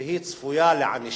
והיא צפויה לענישה,